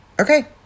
Okay